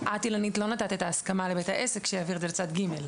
את אילנית לא נתת את ההסכמה לבית העסק שיעביר את זה לצד ג'.